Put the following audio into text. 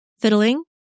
fiddling